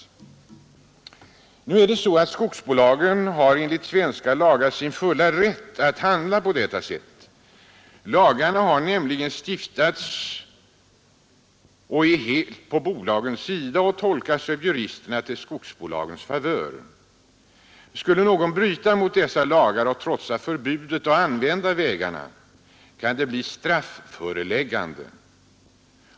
Enligt svenska lagar har skogsbolagen sin fulla rätt att handla på detta sätt. Lagarna har nämligen stiftats så att de är helt på bolagens sida, och de tolkas av juristerna till skogsbolagens favör. Skulle någon bryta mot dessa lagar och trotsa förbudet och använda vägarna, kan det bli strafföreläggande.